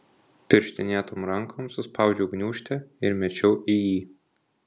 pirštinėtom rankom suspaudžiau gniūžtę ir mečiau į jį